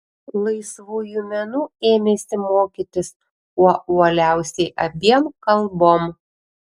laisvųjų menų ėmėsi mokytis kuo uoliausiai abiem kalbom